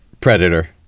predator